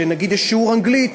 נגיד יש שיעור אנגלית,